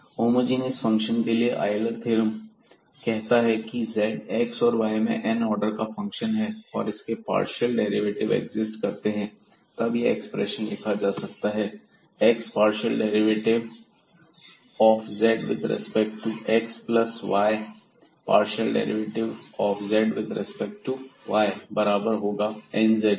homogeneous function के लिए Euler theorem कहता है की z x और y में n आर्डर का फंक्शन है और इसके पार्शियल डेरिवेटिव एक्सिस्ट करते हैं तब यह एक्सप्रेशन लिखा जा सकता है x partial derivative of z with respect to x plus y partial derivative of z with respect to y बराबर होगा nz के